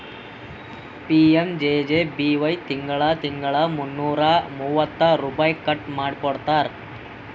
PMJJBY ತಿಂಗಳಾ ತಿಂಗಳಾ ಮುನ್ನೂರಾ ಮೂವತ್ತ ರುಪೈ ಕಟ್ ಮಾಡ್ಕೋತಾರ್